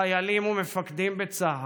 חיילים ומפקדים בצה"ל,